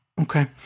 Okay